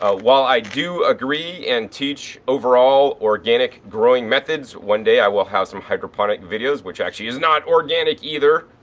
ah while i do agree and teach overall overall organic growing methods, one day i will have some hydroponic videos which actually is not organic either.